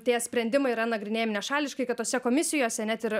tie sprendimai yra nagrinėjami nešališkai kad tose komisijose net ir